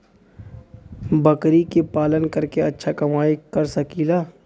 बकरी के पालन करके अच्छा कमाई कर सकीं ला?